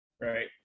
right